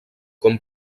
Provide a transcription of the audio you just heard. com